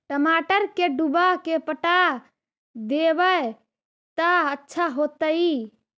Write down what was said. टमाटर के डुबा के पटा देबै त अच्छा होतई?